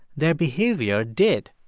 their behavior did.